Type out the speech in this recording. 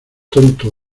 tonto